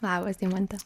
labas deimante